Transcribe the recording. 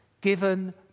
given